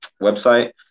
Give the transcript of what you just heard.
website